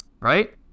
Right